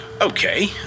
Okay